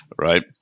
Right